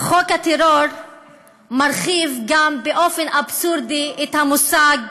חוק הטרור גם מרחיב באופן אבסורדי את המושג